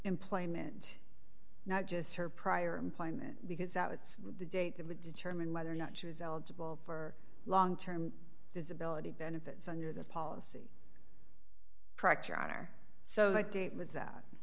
employment not just her prior employment because that was the date that would determine whether or not she was eligible for long term disability benefits under the policy proctor on or so that date was that